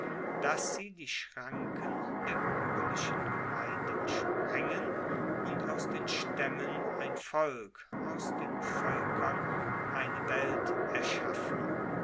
dass sie die schranken der buergerlichen gemeinden sprengen und aus den staemmen ein volk aus den voelkern eine welt erschaffen